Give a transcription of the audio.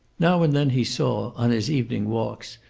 now and then he saw, on his evening walks,